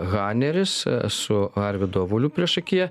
haneris su arvydu avuliu priešakyje